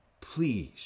please